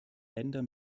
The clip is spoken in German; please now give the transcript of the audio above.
länder